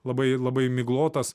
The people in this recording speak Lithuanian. labai labai miglotas